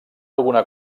alguna